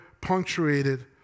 punctuated